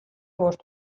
bost